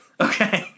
Okay